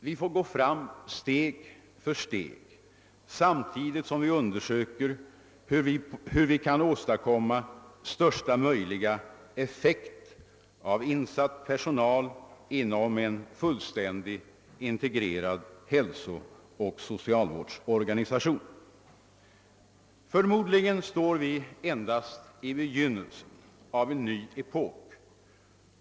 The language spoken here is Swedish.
Vi får gå fram steg för steg samtidigt som vi undersöker hur vi kan åstadkomma största möjliga effekt av insatt personal inom en fullständigt integrerad hälsooch sjukvårdsorganisation. Förmodligen står vi endast i begynnelsen av en ny epok.